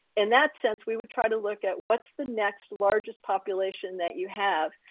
and that sense we would try to look at what's the next largest population that you have.